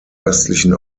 östlichen